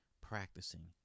practicing